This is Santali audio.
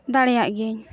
ᱫᱟᱲᱮᱭᱟᱜ ᱜᱮᱭᱟᱹᱧ